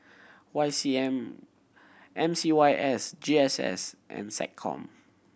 Y C M M C Y S G S S and SecCom